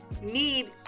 need